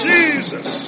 Jesus